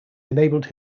enabled